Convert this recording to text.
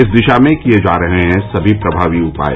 इस दिशा में किए जा रहे हैं सभी प्रभावी उपाय